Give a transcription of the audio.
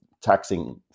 taxing